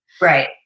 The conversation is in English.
Right